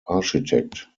architect